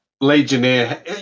Legionnaire